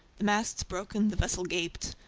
the masts broken, the vessel gaped.